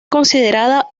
considerada